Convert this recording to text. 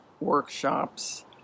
workshops